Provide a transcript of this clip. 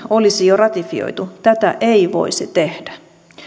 olisi jo ratifioitu tätä ei voisi tehdä